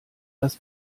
das